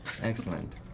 Excellent